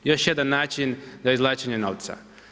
Još jedan način za izvlačenje novca.